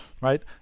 right